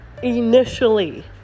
initially